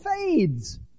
fades